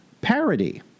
parody